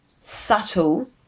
subtle